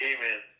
Amen